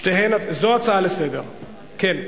זו הצעה לסדר-היום,